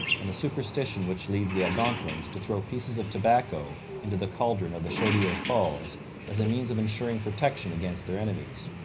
and the superstition which leads the algonquins to throw pieces of tobacco into the cauldron of the chaudiere falls as a means of ensuring protection against their enemies.